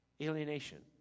alienation